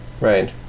Right